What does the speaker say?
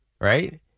Right